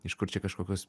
iš kur čia kažkokios